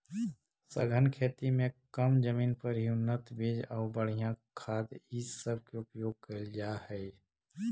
सघन खेती में कम जमीन पर ही उन्नत बीज आउ बढ़ियाँ खाद ई सब के उपयोग कयल जा हई